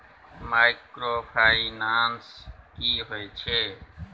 Microfinance की होय छै?